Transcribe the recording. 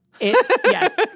yes